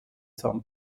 san